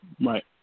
Right